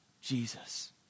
Jesus